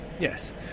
yes